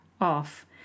off